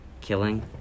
killing